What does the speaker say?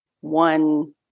one